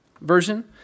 version